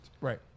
Right